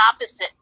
opposite